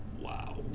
Wow